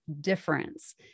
difference